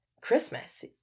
Christmas